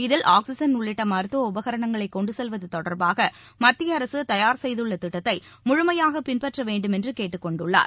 அதில் ஆக்சிஜன் உள்ளிட்ட மருத்துவ உபகரணங்களை கொண்டு செல்வது தொடர்பாக மத்திய அரசு தயார் செய்துள்ள திட்டத்தை முழுமையாக பின்பற்ற வேண்டுமென்று கேட்டுக்கொண்டுள்ளார்